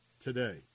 today